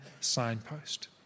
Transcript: signpost